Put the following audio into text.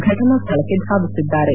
ಘಟನಾ ಸ್ಥಳಕ್ಕೆ ಧಾವಿಸಿದ್ದಾರೆ